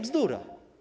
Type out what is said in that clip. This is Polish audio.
Bzdura.